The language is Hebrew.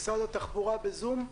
משרד התחבורה, בזום.